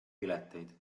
pileteid